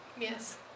Yes